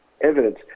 evidence